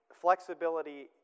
flexibility